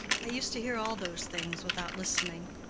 i used to hear all those things without listening.